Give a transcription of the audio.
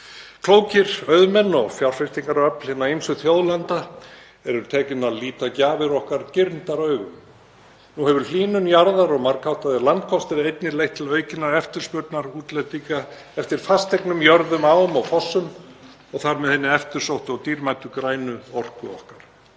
Klókir auðmenn og fjárfestingaröfl hinna ýmsu þjóðlanda eru tekin að líta gjafir okkar girndaraugum. Nú hafa hlýnun jarðar og margháttaðir landkostir einnig leitt til aukinnar eftirspurnar útlendinga eftir fasteignum, jörðum, ám og fossum og þar með hinni eftirsóttu og dýrmætu grænu orku okkar.